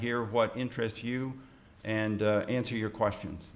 hear what interests you and answer your questions